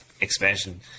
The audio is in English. expansion